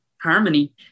harmony